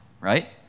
right